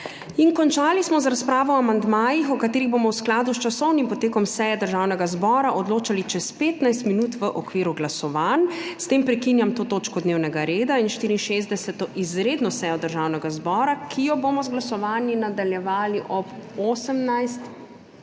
Končali smo z razpravo o amandmajih, o katerih bomo v skladu s časovnim potekom seje Državnega zbora odločali čez 15 min v okviru glasovanj. S tem prekinjam to točko dnevnega reda in 64. izredno sejo Državnega zbora, ki jo bomo z glasovanji nadaljevali ob 18.35.